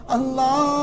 Allah